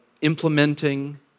implementing